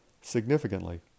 Significantly